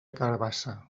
carabassa